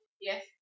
yes